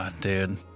dude